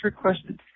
question